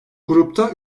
grupta